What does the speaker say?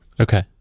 Okay